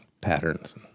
patterns